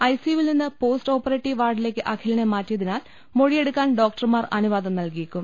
ഐസിയുവിൽ നിന്ന് post operative വാർഡിലേക്ക് അഖി ലിനെ മാറ്റിയതിനാൽ മൊഴിയെടുക്കാൻ ഡോക്ടർമാർ അനുവാദം നൽകിയേക്കും